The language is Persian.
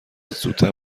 زودتر